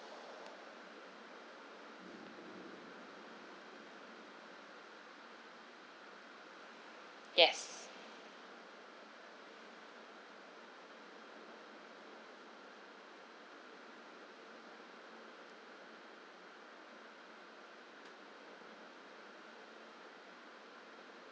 yes